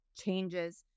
changes